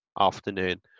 afternoon